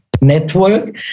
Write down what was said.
network